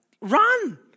Run